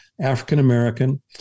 African-American